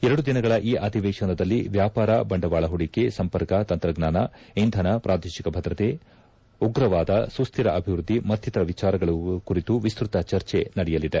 ಎರಡು ದಿನಗಳ ಈ ಅಧಿವೇಶನದಲ್ಲಿ ವ್ಯಾಪಾರ ಬಂಡವಾಳ ಹೂಡಿಕೆ ಸಂಪರ್ಕ ತಂತ್ರಜ್ವಾನ ಇಂಧನ ಪ್ರಾದೇಶಿಕ ಭದ್ರತೆ ಉಗ್ರವಾದ ಸುಸ್ಕಿರ ಅಭಿವೃದ್ದಿ ಮತ್ತಿತರ ವಿಚಾರಗಳ ಕುರಿತು ವಿಸ್ತತ ಚರ್ಚೆ ನಡೆಯಲಿದೆ